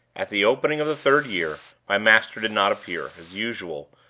at the opening of the third year, my master did not appear, as usual,